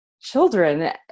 children